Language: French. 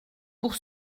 pour